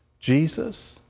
jesus,